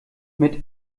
mit